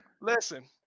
Listen